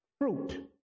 fruit